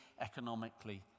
economically